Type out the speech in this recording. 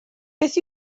beth